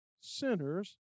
sinners